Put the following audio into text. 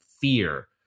fear